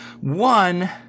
one